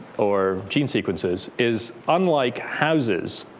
or gene sequences is unlike houses,